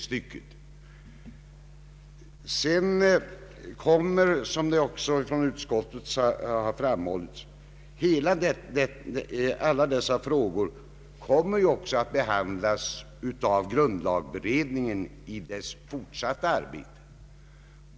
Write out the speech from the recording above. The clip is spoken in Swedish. Såsom utskottet framhåller kommer hela denna fråga att behandlas av grundlagberedningen i dess fortsatta arbete.